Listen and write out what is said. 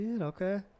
Okay